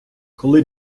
коли